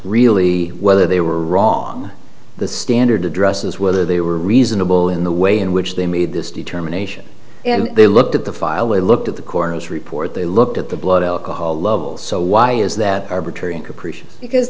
really whether they were wrong the standard address was whether they were reasonable in the way in which they made this determination and they looked at the file we looked at the coroner's report they looked at the blood alcohol level so why is that